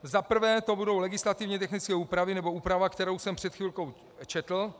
Za prvé to budou legislativně technické úpravy, nebo úprava, kterou jsem před chvilkou četl.